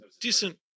decent